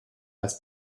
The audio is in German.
als